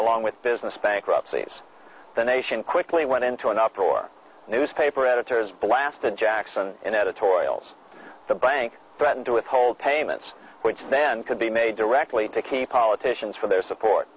along with business bankruptcies the nation quickly went into an uproar newspaper editors blast and jackson in editorials the bank threatened to withhold payments which then could be made directly to keep politicians for their support